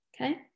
okay